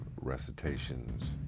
recitations